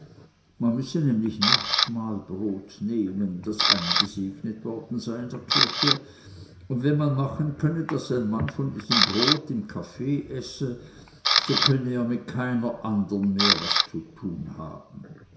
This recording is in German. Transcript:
man müsse nämlich nachtmahlbrot nehmen das eingesegnet worden sei in der kirche und wenn man machen könne daß ein mann von diesem brot im kaffee esse so könne er mit keiner andern mehr was zu tun haben